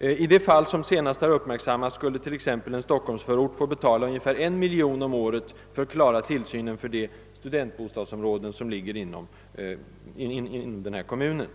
I det fall som senast uppmärksammats skulle en stockholmsförort få betala ungefär en miljon om året för att klara tillsynen för de studentbostadsområden som ligger inom kommunen.